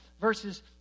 verses